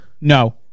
No